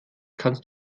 kannst